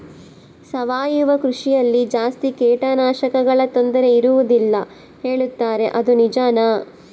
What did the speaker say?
ಸಾವಯವ ಕೃಷಿಯಲ್ಲಿ ಜಾಸ್ತಿ ಕೇಟನಾಶಕಗಳ ತೊಂದರೆ ಇರುವದಿಲ್ಲ ಹೇಳುತ್ತಾರೆ ಅದು ನಿಜಾನಾ?